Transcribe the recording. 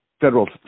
federal